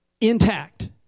Intact